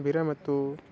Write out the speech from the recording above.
विरमतु